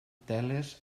teles